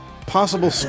Possible